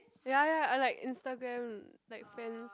ya ya I like Instagram like friends